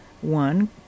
One